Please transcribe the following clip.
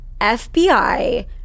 FBI